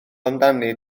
amdani